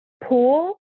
pool